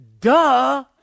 duh